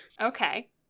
Okay